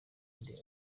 andi